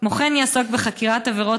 כמו כן, הוא יעסוק בחקירת עבירות